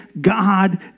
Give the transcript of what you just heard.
God